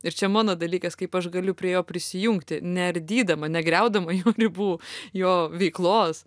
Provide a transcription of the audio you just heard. ir čia mano dalykas kaip aš galiu prie jo prisijungti neardydama negriaudama jo ribų jo veiklos